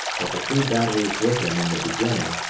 but the three batteries with him in the beginning,